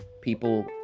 people